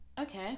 Okay